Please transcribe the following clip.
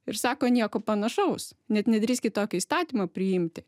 ir sako nieko panašaus net nedrįskit tokį įstatymą priimti